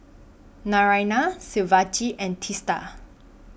Naraina Shivaji and Teesta